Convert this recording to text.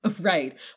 Right